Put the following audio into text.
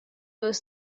was